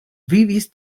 vivis